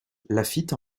laffitte